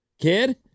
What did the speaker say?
kid